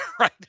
right